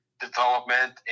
development